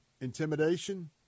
intimidation